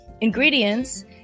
ingredients